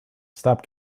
stop